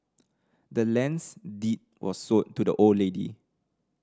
the land's deed was sold to the old lady